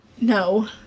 No